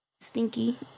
stinky